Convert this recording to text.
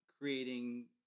creating